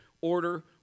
order